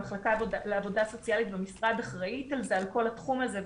המחלקה לעבודה סוציאלית במשרד אחראית על כל התחום הזה,